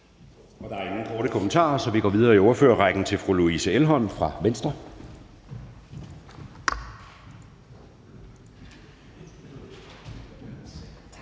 Der er ingen korte bemærkninger, så vi går videre i ordførerrækken til fru Louise Elholm fra Venstre.